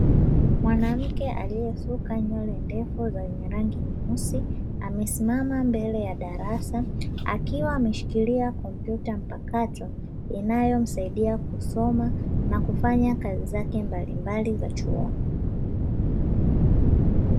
Mwanamke aliyesuka nywele ndefu zenye rangi nyeusi amesimama mbele ya darasa, akiwa ameshikilia kompyuta mpakato inayomsaidia kusoma na kufanya kazi zake mbalimbali za chuoni.